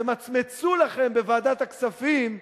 תמצמצו לכם בוועדת הכספים,